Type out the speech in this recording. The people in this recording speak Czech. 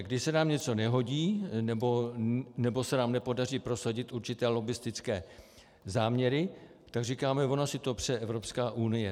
Když se nám něco nehodí nebo se nám nepodaří prosadit určité lobbistické záměry, tak říkáme ona si to přeje Evropská unie.